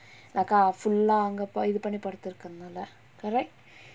laka full ah அங்க போய் இது பண்ணி படுத்துருக்காங்கல்ல:anga poi ithu panni paduthurukkangalla correct